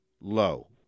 low